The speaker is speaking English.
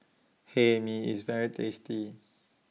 Hae Mee IS very tasty